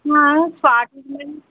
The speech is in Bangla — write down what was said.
হ্যাঁ স্পা ট্রিটমেন্ট